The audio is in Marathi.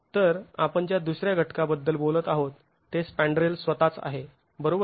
तर आपण ज्या दुसऱ्या घटकाबद्दल बोलत आहोत ते स्पँड्रेल स्वतःच आहे बरोबर